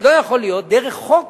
דרך חוק